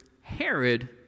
Herod